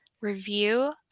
review